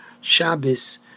Shabbos